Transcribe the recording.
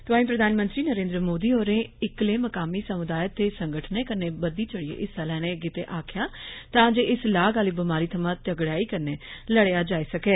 तोंआई प्रधानमंत्री नरेन्द्र मोदी होरें इकले मकामी सम्दाय ते संगठनें कन्नै बद्धी चढियै हिस्सा लैने गितै आखेया तांजे इस लाग आहली बमारी थमां तगड़याई कन्नै लडेया जाई सकै